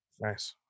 Nice